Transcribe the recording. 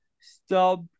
stop